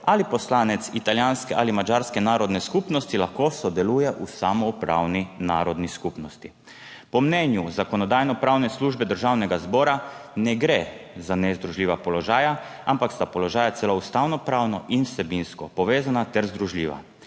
ali poslanec italijanske ali madžarske narodne skupnosti lahko sodeluje v samoupravni narodni skupnosti. Po mnenju Zakonodajno-pravne službe Državnega zbora ne gre za nezdružljiva položaja, ampak sta položaja celo ustavnopravno in vsebinsko povezana ter združljiva.